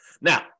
now